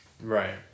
Right